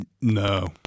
No